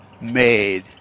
made